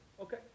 Okay